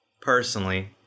personally